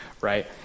right